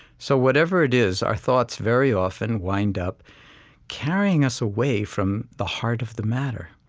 so whatever it is, our thoughts very often wind up carrying us away from the heart of the matter.